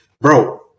bro